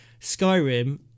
Skyrim